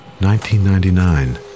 1999